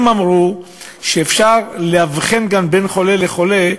הם אמרו שאפשר להבחין בין חולה לחולה,